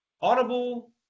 Audible